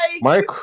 Mike